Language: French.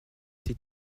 été